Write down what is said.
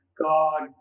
God